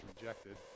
rejected